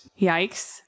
Yikes